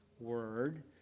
Word